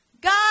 God